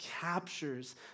captures